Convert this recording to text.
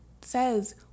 says